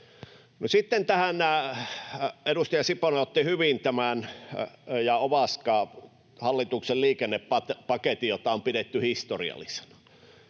sitten edustajat Sipola ja Ovaska ottivat hyvin tämän hallituksen liikennepaketin, jota on pidetty historiallisena.